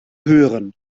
hören